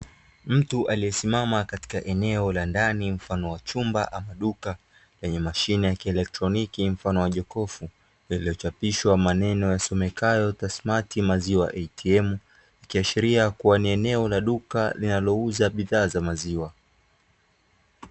Mtu aliyesimama katikati ya eneo la ndani mfano wa chumba ama duka, lenye mashine ya kielektroniki mfano wa jokofu lililochapishwa maneno yasomekayo "Tasmat maziwa ATM", ikiashiria kuwa ni eneo la duka linalouza bidhaa za maziwa.